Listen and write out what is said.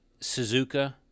Suzuka